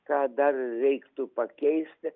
ką dar reiktų pakeisti